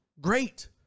Great